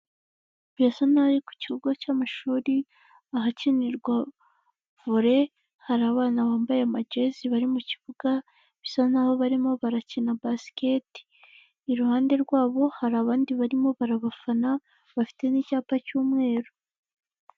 Birasa n'aho ari ku kigo cy'amashuri ahakinirwa volle, hari abana bambaye amajezi bari mu kibuga, bisa n'aho barimo barakina basket, iruhande rwabo hari abandi barimo barabafana bafite n'icyapa cy'umweru.